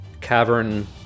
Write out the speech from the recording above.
cavern